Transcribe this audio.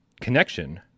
connection